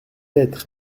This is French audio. être